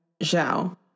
Zhao